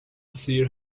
سیر